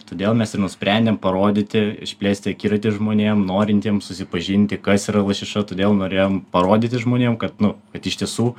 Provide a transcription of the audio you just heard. todėl mes ir nusprendėm parodyti išplėsti akiratį žmonėm norintiem susipažinti kas yra lašiša todėl norėjom parodyti žmonėm kad nu kad iš tiesų